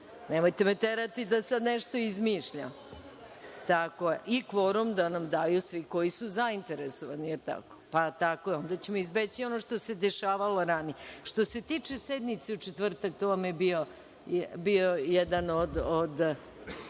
Nemojte me terati da sada nešto izmišljam. I kvorum da nam daju svi koji su zainteresovani, a onda ćemo izbeći ono što se dešavalo ranije. Što se tiče sednice u četvrtak, to vam je bilo jedno od